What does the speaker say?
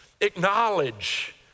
Acknowledge